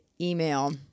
email